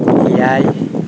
ᱮᱭᱟᱭ